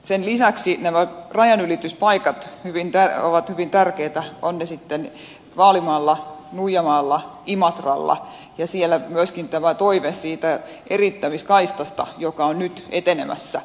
sen lisäksi nämä rajanylityspaikat ovat hyvin tärkeitä ovat ne sitten vaalimaalla nuijamaalla tai imatralla ja siellä myöskin tämä toive siitä eriyttämiskaistasta joka on nyt etenemässä